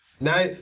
Now